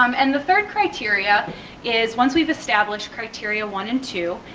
um and the third criteria is once we've established criteria one and two,